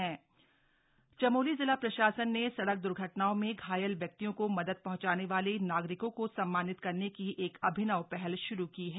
पहल चमोली चमोली जिला प्रशासन ने सड़क द्र्घटनाओं में घायल व्यक्तियों को मदद पहुंचाने वाले नागरिकों को सम्मानित करने की एक अभिनव पहल शुरू की है